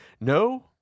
no